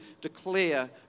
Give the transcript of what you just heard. declare